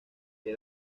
que